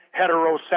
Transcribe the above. heterosexual